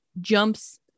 jumps